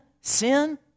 sin